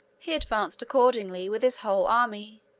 he advanced, accordingly, with his whole army,